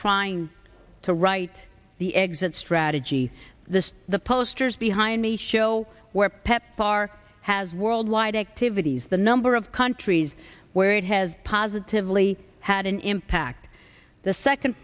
trying to write the exit strategy the the posters behind me show where pepfar has worldwide activities the number of countries where it has positively had an impact the second